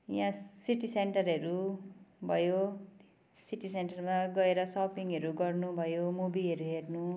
यहाँ सिटी सेन्टरहरू भयो सिटी सेन्टरमा गएर सपिङहरू गर्नु भयो मुभीहरू हेर्नु